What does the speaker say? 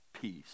peace